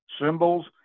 symbols